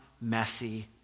messy